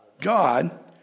God